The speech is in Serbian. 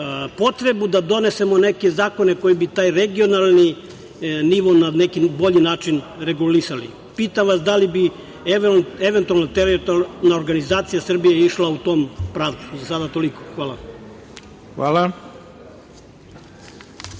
potrebu da donesemo neke zakone koji bi taj regionalni nivo na neki bolji način regulisali. Pitam vas da li bi eventualno teritorijalna organizacija Srbije išla u tom pravcu? Za sada toliko. Hvala. **Ivica